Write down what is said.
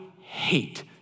hate